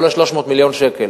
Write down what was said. שעולה 300 מיליון שקלים.